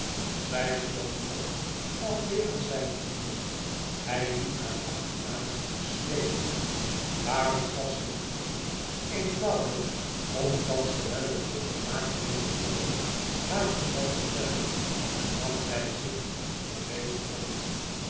zij stond op afwerend zijne handen hij liep haar achterna smeekend waarom gaf ze niet toe eenvoudig omdat ze wel het hof gemaakt wilde worden maar omdat zij verder een man bij zich vervelend vond